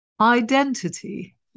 Identity